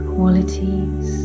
Qualities